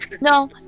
No